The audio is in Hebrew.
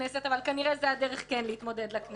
אבל כנראה זו היתה דרך כן להתמודד לכנסת.